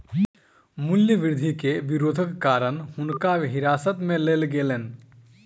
मूल्य वृद्धि के विरोधक कारण हुनका हिरासत में लेल गेलैन